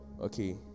Okay